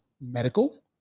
medical